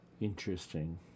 Interesting